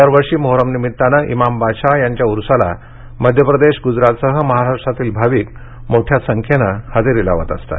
दरवर्षी मोहरम निमित्ताने इमाम बादशहा यांच्या उरुसाला मध्यप्रदेश गुजरातसह महाराष्ट्रातील भाविक मोठ्या संख्येने हजेरी लावत असतात